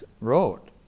wrote